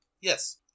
Yes